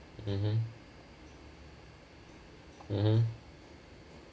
mmhmm mmhmm